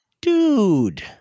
Dude